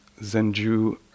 Zenju